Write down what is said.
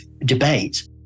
debate